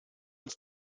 uns